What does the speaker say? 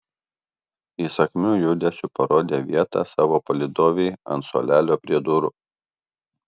įsakmiu judesiu parodė vietą savo palydovei ant suolelio prie durų